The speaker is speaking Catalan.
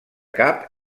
cap